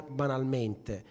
banalmente